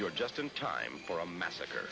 you're just in time for a massacre